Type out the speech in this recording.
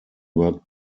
worked